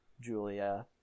Julia